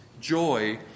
joy